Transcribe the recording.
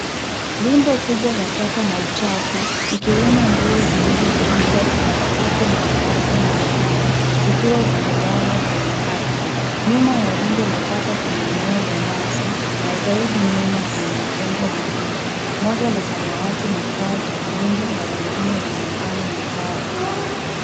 Rundo kubwa la taka na uchafu, ikiwemo nguo zilizotupwa, plastiki na mabagi mengine ,zikiwa zimelala kwenye ardhi. Nyuma ya rundo la taka kuna eneo la nyasi, na zaidi nyuma kuna majengo mawili. Moja la samawati na paa jekundu na lingine la manjano na paa la giza.